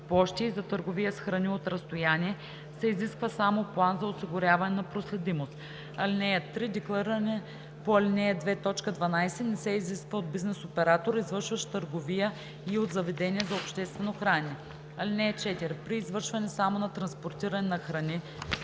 и за търговия с храни от разстояние, се изисква само план за осигуряване на проследимост. (3) Деклариране по ал. 2, т. 12 не се изисква от бизнес оператор, извършващ търговия и от заведения за обществено хранене. (4) При извършване само на транспортиране на храни: